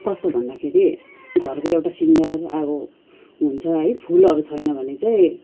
कस्तो भन्दाखेरि घरको एउटा सिँगार अब हुन्छ है फुलहरू छैन भने चाहिँ